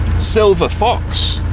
silver fox.